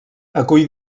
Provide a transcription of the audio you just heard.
acull